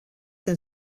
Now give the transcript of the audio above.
than